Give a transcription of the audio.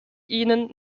ihnen